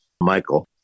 Michael